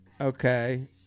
okay